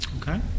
Okay